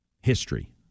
history